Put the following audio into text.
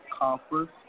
Conference